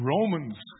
Romans